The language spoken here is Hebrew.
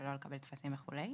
לא לקבל טפסים וכולי.